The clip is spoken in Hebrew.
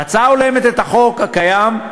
ההצעה הולמת את החוק הקיים,